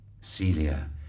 Celia